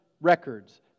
records